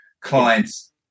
clients